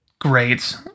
great